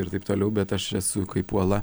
ir taip toliau bet aš esu kaip uola